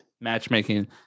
matchmaking